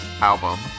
album